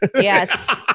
Yes